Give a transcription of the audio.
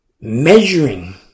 measuring